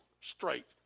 straight